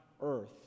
earth